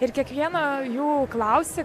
ir kiekvieno jų klausi